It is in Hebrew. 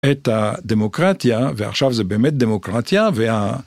את הדמוקרטיה, ועכשיו זה באמת דמוקרטיה, וה...